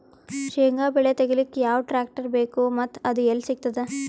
ಶೇಂಗಾ ಬೆಳೆ ತೆಗಿಲಿಕ್ ಯಾವ ಟ್ಟ್ರ್ಯಾಕ್ಟರ್ ಬೇಕು ಮತ್ತ ಅದು ಎಲ್ಲಿ ಸಿಗತದ?